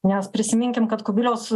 nes prisiminkim kad kubiliaus